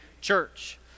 church